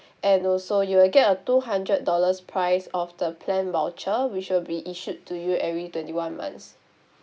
and also you will get a two hundred dollars price of the plan voucher which will be issued to you every twenty one months